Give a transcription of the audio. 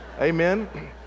amen